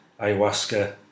ayahuasca